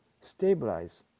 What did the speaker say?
stabilize